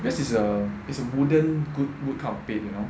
this is a is a wooden good wood kind of bed you know